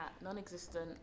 non-existent